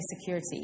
security